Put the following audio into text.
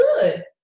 good